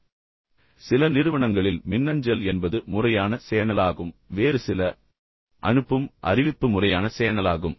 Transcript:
எனவே சில நிறுவனங்களில் மின்னஞ்சல் என்பது முறையான சேனலாகும் வேறு சில அனுப்பும் அறிவிப்பு முறையான சேனலாகும்